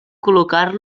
col·locar